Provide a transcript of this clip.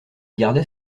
gardait